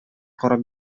карап